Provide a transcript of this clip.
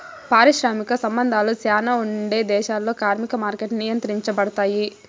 పారిశ్రామిక సంబంధాలు శ్యానా ఉండే దేశాల్లో కార్మిక మార్కెట్లు నియంత్రించబడుతాయి